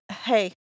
Hey